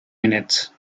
minutes